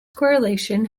correlation